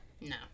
No